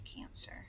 cancer